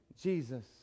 jesus